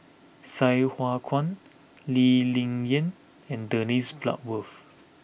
Sai Hua Kuan Lee Ling Yen and Dennis Bloodworth